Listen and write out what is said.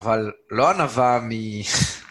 אבל לא ענווה מ...